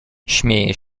śmieje